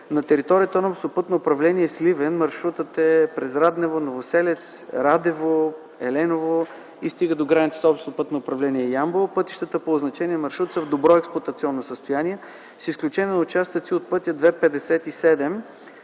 На територията на Областно пътно управление – Сливен, маршрутът е през Раднево, Новоселец, Радево, Еленово и стига до границата с Областно пътно управление – Ямбол. Пътищата по означения маршрут са в добро експлоатационно състояние, с изключение на участъци от пътя 2-57,